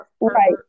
right